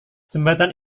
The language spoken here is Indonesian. jembatan